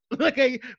Okay